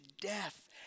death